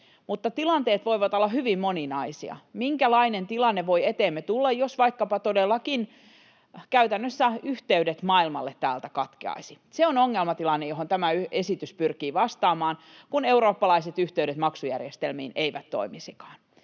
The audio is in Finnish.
Mutta tilanteet voivat olla hyvin moninaisia. Minkälainen tilanne voi eteemme tulla, jos vaikkapa todellakin käytännössä yhteydet maailmalle täältä katkeaisivat? Se on ongelmatilanne, johon tämä esitys pyrkii vastaamaan, kun eurooppalaiset yhteydet maksujärjestelmiin eivät toimisikaan.